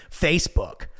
Facebook